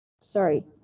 Sorry